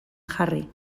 jarri